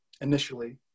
initially